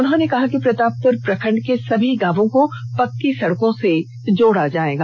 उन्होंने कहा कि प्रतापपुर प्रखंड के सभी गांवों को पक्की सड़क से जोड़ा जाएगा